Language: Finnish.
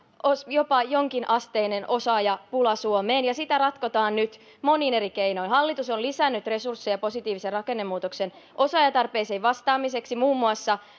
jopa jonkinasteinen osaajapula suomeen ja sitä ratkotaan nyt monin eri keinoin hallitus on lisännyt resursseja positiivisen rakennemuutoksen osaajatarpeisiin vastaamiseksi muun muassa